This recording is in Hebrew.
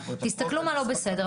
תסתכלו מה לא בסדר,